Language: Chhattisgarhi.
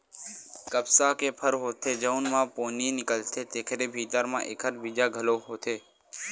कपसा के फर होथे जउन म पोनी निकलथे तेखरे भीतरी म एखर बीजा घलो होथे